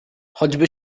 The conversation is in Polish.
choćby